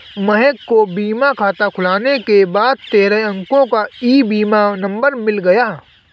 महक को बीमा खाता खुलने के बाद तेरह अंको का ई बीमा नंबर मिल गया